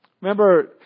Remember